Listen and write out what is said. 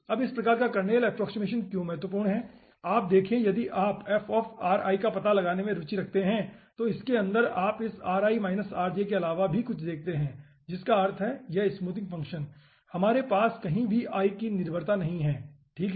अब इस प्रकार का कर्नेल अप्प्रोक्सिमेशन क्यों महत्वपूर्ण है आप देखें यदि हम का पता लगाने में रुचि रखते हैं तो इसके अंदर आप इस के अलावा भी कुछ देखते हैं इसका अर्थ है कि यह स्मूथिंग फ़ंक्शन हमारे पास कहीं भी i की निर्भरता नहीं है ठीक है